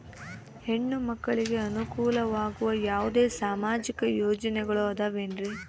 ಹೆಣ್ಣು ಮಕ್ಕಳಿಗೆ ಅನುಕೂಲವಾಗುವ ಯಾವುದೇ ಸಾಮಾಜಿಕ ಯೋಜನೆಗಳು ಅದವೇನ್ರಿ?